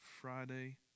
Friday